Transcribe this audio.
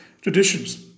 traditions